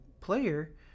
player